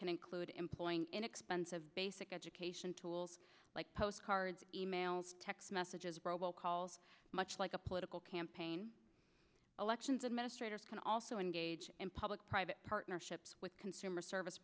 can include employing inexpensive basic education tools like post cards e mails text messages robo calls much like a political campaign elections administrators can also engage in public private partnerships with consumer service